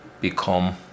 become